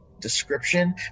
description